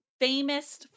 famous